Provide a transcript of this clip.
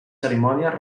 cerimònies